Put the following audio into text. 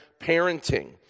parenting